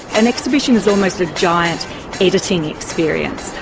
an exhibition is almost a giant editing experience.